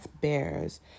Bears